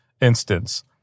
instance